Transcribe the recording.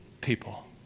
people